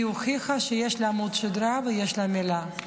הוכיחה שיש לה עמוד שדרה ויש לה מילה.